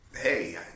hey